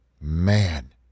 Man